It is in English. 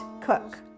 cook